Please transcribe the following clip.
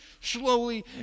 slowly